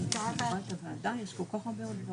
נמצא כאן?